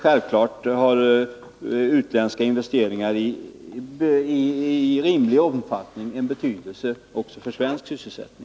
Självklart har utländska investeringar i rimlig omfattning betydelse också för svensk sysselsättning.